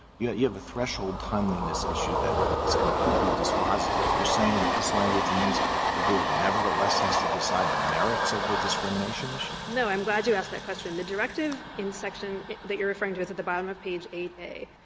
yeah you have a threshold timeliness issue that is completely dispositive? you're saying that this language means the board nevertheless has to decide the merits of the discrimination issue? harrington no. i'm glad you asked that question. the directive in section that you're referring to is at the bottom of page eight a.